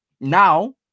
Now